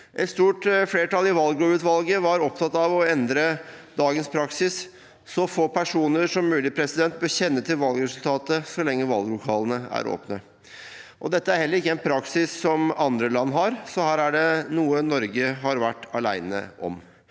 Et stort flertall i valglovutvalget var opptatt av å endre dagens praksis. Så få personer som mulig bør kjenne til valgresultatet så lenge valglokalene er åpne. Dette er heller ikke en praksis som andre land har, så her er det noe Norge har vært alene om.